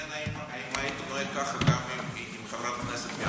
מעניין אם היית נוהג ככה גם עם חברת כנסת מהקואליציה.